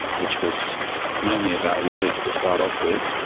which was mainly about wally's to start off with.